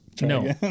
No